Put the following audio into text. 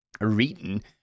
written